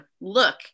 look